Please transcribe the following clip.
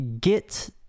get